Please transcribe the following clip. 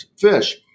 fish